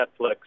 Netflix